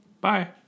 Bye